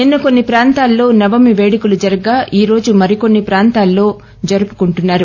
నిన్న కొన్ని ప్రాంతాలలో నవమి పేడుకలు జరగ్గా ఈ రోజు మరికొన్ని చోట్ల జరుపుకుంటున్నారు